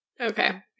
Okay